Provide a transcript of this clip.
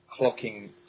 clocking